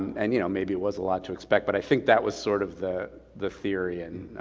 and you know maybe it was a lot to expect. but i think that was sort of the the theory and